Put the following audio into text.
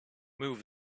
move